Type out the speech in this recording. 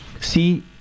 See